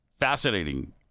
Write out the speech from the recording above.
Fascinating